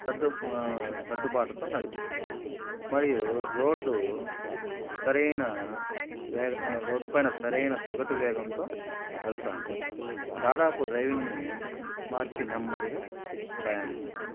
సర్దు సర్దుబాటుతో నడిపిస్తాను మరియు రోడ్డు సరైన వేగ రోడ్డు పైన సరైన సగటు వేగంతో వెళ్తాను దాదాపు డ్రైవింగ్ మార్చి నెమ్మదిగా ప్రయాణిస్తాను